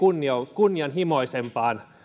kunnianhimoisimpaan